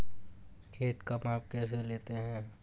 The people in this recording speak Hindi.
खेत का माप कैसे लेते हैं?